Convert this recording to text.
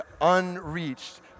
unreached